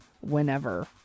whenever